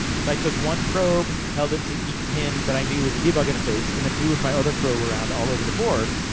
so, i took one probe, held it to each pin that i knew was a debug interface, and then moved my other probe around, all over the board,